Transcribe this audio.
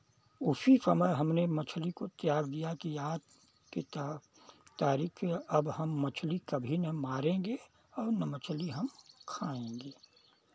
उसी समय हमने मछली को त्याग दिया कि आज के ता तारीख अब हम मछली कभी ना मारेंगे और ना मछली हम खायेंगे